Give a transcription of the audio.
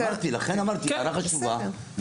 לכן אמרתי, הערה חשובה.